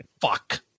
Fuck